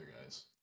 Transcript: guys